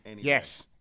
Yes